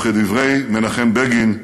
וכדברי מנחם בגין: